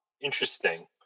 Interesting